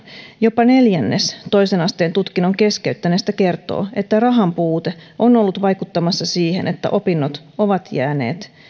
jopa neljännes toisen asteen tutkinnon keskeyttäneistä kertoo että rahan puute on ollut vaikuttamassa siihen että opinnot ovat jääneet